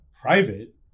private